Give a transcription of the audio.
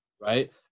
right